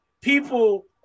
People